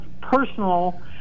Personal